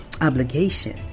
obligation